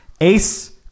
Ace